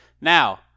Now